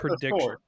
prediction